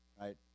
right